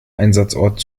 einsatzort